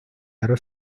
narrow